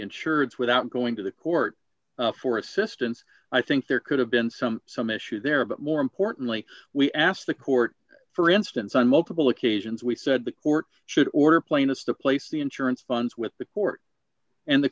insurance without going to the court for assistance i think there could have been some some issues there but more importantly we asked the court for instance on multiple occasions we said the court should order plainness to place the insurance funds with the court and the